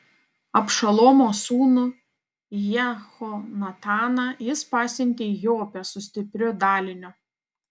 abšalomo sūnų jehonataną jis pasiuntė į jopę su stipriu daliniu